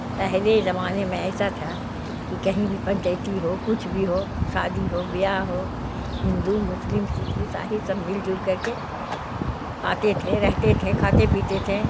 پہلے زمانے میں ایسا تھا کہ کہیں بھی پنچیتی ہو کچھ بھی ہو شادی ہو بیاہ ہو ہندو مسلم سکھ عیساہی سب مل جل کر کے آتے تھے رہتے تھے کھاتے پیتے تھے